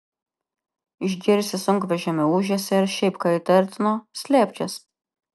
išgirsi sunkvežimio ūžesį ar šiaip ką įtartino slėpkis